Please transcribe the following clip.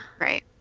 Right